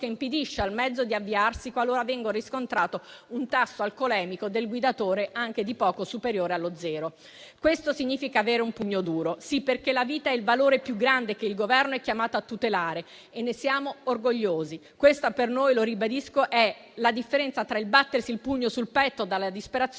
impedisce al mezzo di avviarsi qualora venga riscontrato un tasso alcolemico del guidatore anche di poco superiore allo zero. Questo significa avere un pugno duro, sì, perché la vita è il valore più grande che il Governo è chiamato a tutelare e ne siamo orgogliosi. Questa per noi - lo ribadisco - è la differenza tra battersi il pugno sul petto per la disperazione